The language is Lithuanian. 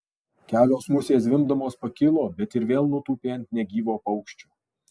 kelios musės zvimbdamos pakilo bet ir vėl nutūpė ant negyvo paukščio